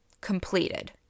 completed